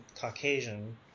Caucasian